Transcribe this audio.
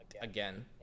again